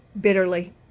bitterly